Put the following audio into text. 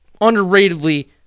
underratedly